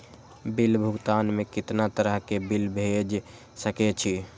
Bill भुगतान में कितना तरह के बिल भेज सके छी?